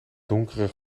donkere